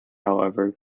however